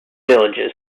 villages